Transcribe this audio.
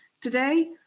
Today